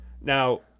Now